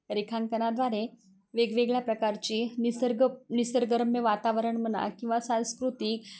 रेखांकनाद्वारे वेगवेगळ्या प्रकारचे निसर्ग निसर्गरम्य वातावरण म्हणा किंवा सांस्कृतिक